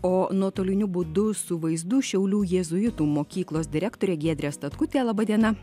o nuotoliniu būdu su vaizdu šiaulių jėzuitų mokyklos direktorė giedrė statkutė laba diena